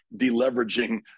deleveraging